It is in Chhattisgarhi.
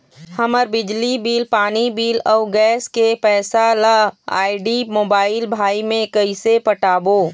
हमर बिजली बिल, पानी बिल, अऊ गैस के पैसा ला आईडी, मोबाइल, भाई मे कइसे पटाबो?